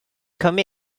come